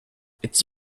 its